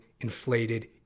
inflated